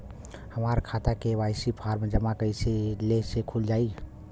हमार खाता KYC form जमा कइले से खुल जाई?